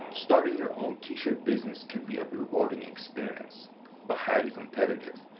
starting your own t-shirt business can be a rewarding experience but highly competitive.